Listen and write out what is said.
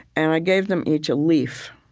and i gave them each a leaf,